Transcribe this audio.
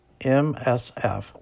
MSF